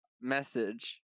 message